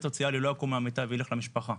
סוציאלי לא יקום מהמיטה וילך למשפחה.